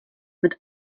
mit